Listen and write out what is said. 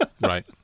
Right